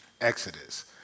exodus